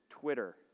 Twitter